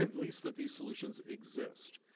and least that these solutions exist.